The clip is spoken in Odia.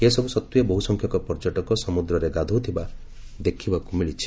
ଏସବୁ ସତ୍ତେ ବହୁସଂଖ୍ୟକ ପର୍ଯ୍ୟଟକ ସମୁଦ୍ରରେ ଗାଧୋଉଥବା ଦେଖବାକୁ ମିଳିଛି